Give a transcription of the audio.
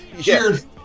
Cheers